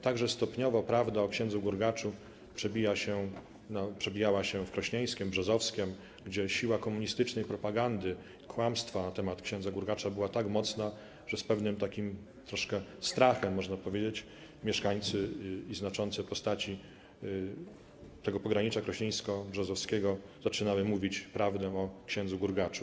Tak że stopniowo prawda o ks. Gurgaczu przebijała się w Krośnieńskiem, Brzozowskiem, gdzie siła komunistycznej propagandy kłamstwa na temat ks. Gurgacza była tak duża, że z pewnym takim troszkę strachem, można powiedzieć, mieszkańcy i znaczące postaci pogranicza krośnieńsko-brzozowskiego zaczynały mówić prawdę o ks. Gurgaczu.